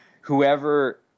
whoever